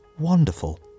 Wonderful